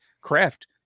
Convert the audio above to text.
craft